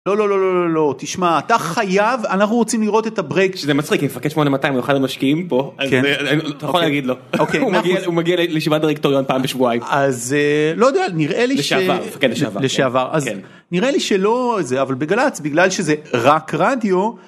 לא לא לא לא תשמע אתה חייב אנחנו רוצים לראות את הברייק שזה מצחיק מפקד 8200 מוכן למשקיעים פה אני לא יכול להגיד לו הוא מגיע לישיבת דירקטוריון פעם בשבועיים אז לא יודע, מפקד לשעבר, לשעבר, כן. נראה לי שזה.. נראה לי שלא זה אבל בגלצ בגלל שזה רק רדיו,